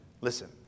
Listen